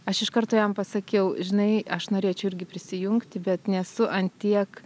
aš iš karto jam pasakiau žinai aš norėčiau irgi prisijungti bet nesu ant tiek